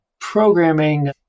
programming